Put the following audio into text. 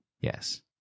Yes